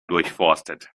durchforstet